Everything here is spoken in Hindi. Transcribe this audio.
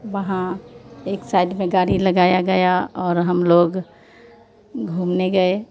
वहाँ एक साइड में गाड़ी लगाया गया और हम लोग घूमने गए